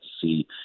see